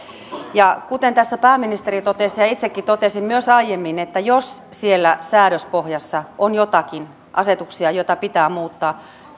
kuten tässä pääministeri totesi ja ja itsekin totesin myös aiemmin jos siellä säädöspohjassa on joitakin asetuksia joita pitää muuttaa